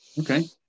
Okay